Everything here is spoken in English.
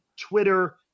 Twitter